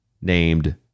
named